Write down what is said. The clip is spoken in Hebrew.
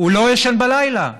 הוא לא ישן בלילה.